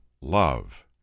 love